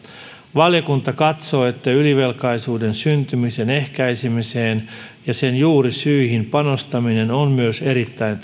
valiokunta katsoo että ylivelkaisuuden syntymisen ehkäisemiseen ja sen juurisyihin panostaminen on myös erittäin